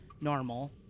normal